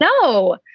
no